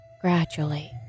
gradually